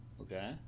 Okay